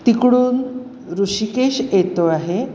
तिकडून ऋषिकेश येतो आहे